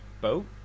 boat